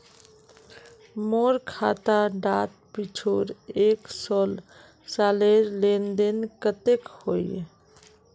मोर खाता डात पिछुर एक सालेर लेन देन कतेक होइए?